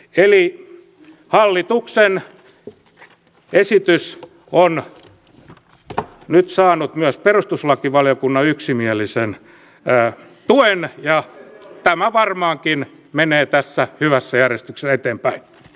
eli hallituksen esitys on nyt saanut myös perustuslakivaliokunnan yksimielisen tuen ja tämä varmaankin menee tässä hyvässä järjestyksessä eteenpäin